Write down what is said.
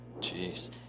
Jeez